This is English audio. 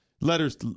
letters